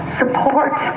support